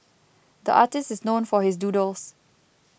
the artist is known for his doodles